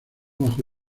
bajo